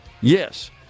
Yes